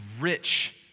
rich